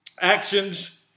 actions